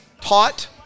taught